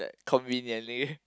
conveniently